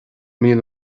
míle